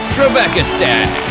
Trebekistan